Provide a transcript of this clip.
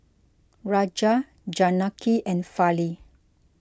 Raja Janaki and Fali